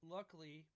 Luckily